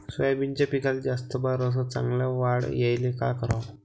सोयाबीनच्या पिकाले जास्त बार अस चांगल्या वाढ यायले का कराव?